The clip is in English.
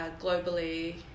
globally